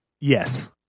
Yes